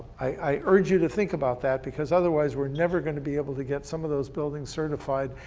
i urge you to think about that, because otherwise we're never going to be able to get some of those buildings certified,